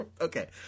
okay